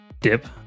dip